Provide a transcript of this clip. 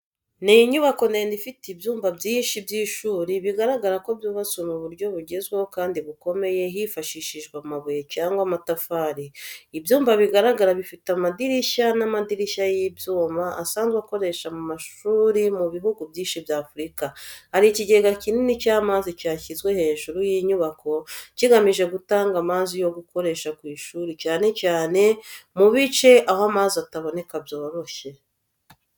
Ni inyubako ndende ifite ibyumba byinshi by’ishuri, bigaragara ko byubatswe mu buryo bugezweho kandi bukomeye hifashishijwe amabuye cyangwa amatafari. Ibyumba bigaragara bifite amadirishya n’amadirishya y’ibyuma asanzwe akoreshwa mu mashuri mu bihugu byinshi bya Afurika. Hari ikigega kinini cy’amazi cyashyizwe hejuru y’inyubako, cyigamije gutanga amazi yo gukoresha ku ishuri cyane cyane mu bice aho amazi ataboneka byoroshye.